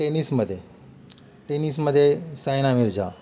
टेनिसमध्ये टेनिसमध्ये सानिया मिर्झा